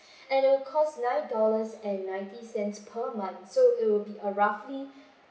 and it will cost nine dollars and ninety cents per month so it will be uh roughly